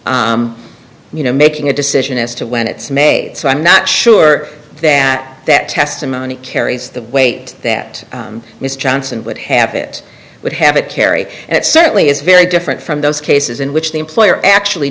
from you know making a decision as to when it's made so i'm not sure that that testimony carries the weight that mr johnson would have it would have it carry and it certainly is very different from those cases in which the employer actually